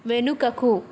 వెనుకకు